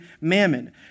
mammon